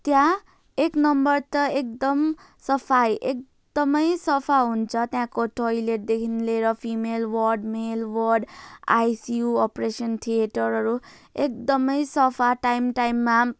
त्यहाँ एक नम्बर त एकदम सफाई एकदमै सफा हुन्छ त्यहाँको टोयलेटदेखि लिएर female ward male ward ICU operation थिएटरहरू एकदमै सफा टाइम टाइममा